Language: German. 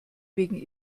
wegen